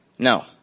No